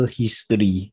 history